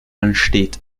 entsteht